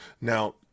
Now